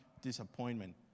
disappointment